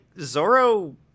Zoro